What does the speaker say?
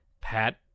Pat